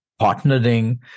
partnering